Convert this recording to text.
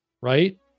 right